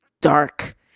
dark